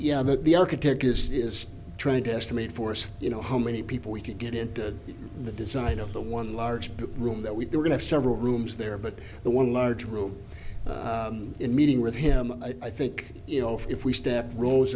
that the architect is is trying to estimate force you know how many people we could get into the design of the one large room that we were going to several rooms there but the one large room in meeting with him i think you know if we step rows